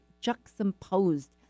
juxtaposed